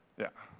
yeah,